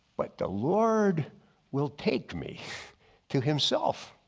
but the lord will take me to himself.